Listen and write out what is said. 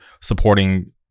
supporting